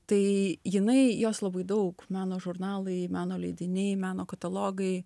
tai jinai jos labai daug meno žurnalai meno leidiniai meno katalogai